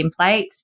templates